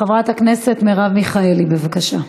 חברת הכנסת מרב מיכאלי, בבקשה.